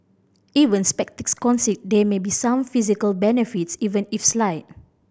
even sceptics concede there may be some physical benefits even if slight